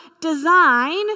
design